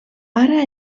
ara